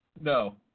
No